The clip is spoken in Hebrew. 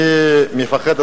אני מפחד,